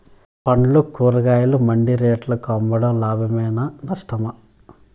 పండ్లు కూరగాయలు మండి రేట్లకు అమ్మడం లాభమేనా నష్టమా?